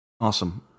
Awesome